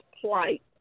plight